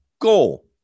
goal